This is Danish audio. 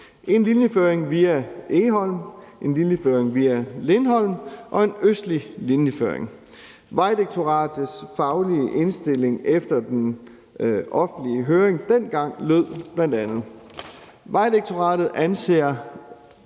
en linjeføring via Egholm, en linjeføring via Lindholm og en østlig linjeføring. Vejdirektoratets faglige indstilling efter den offentlige høring dengang lød bl.a.: